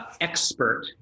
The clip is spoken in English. expert